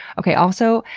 okay, also,